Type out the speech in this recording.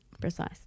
precise